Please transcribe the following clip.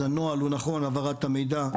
אז הנוהל הוא נכון, העברת המידע.